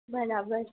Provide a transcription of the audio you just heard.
બરાબર